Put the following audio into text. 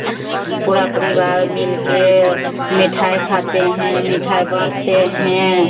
पूरा परिवार मिल के मिठाई खाते हें मिठाई बाँटते हैं